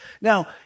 Now